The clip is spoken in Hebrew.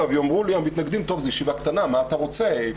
יאמרו לי המתנגדים: זו ישיבה קטנה, מה אתה רוצה?